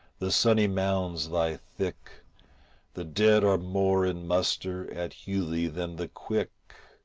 the sunny mounds lie thick the dead are more in muster at hughley than the quick.